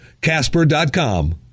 Casper.com